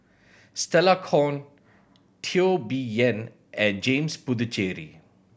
Stella Kon Teo Bee Yen and James Puthucheary